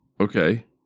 Okay